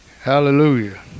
Hallelujah